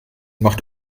macht